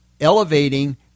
elevating